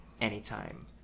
anytime